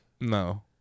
No